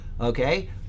Okay